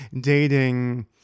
dating